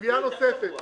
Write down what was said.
סוגיה נוספת,